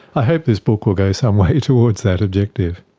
i hope this book will go some way towards that objective.